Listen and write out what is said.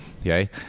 okay